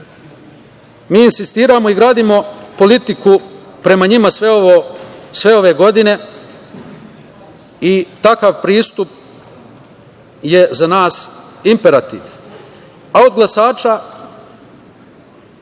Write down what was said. mi. Mi insistiramo i gradimo politiku prema njima sve ove godine i takav pristup je za nas imperativ,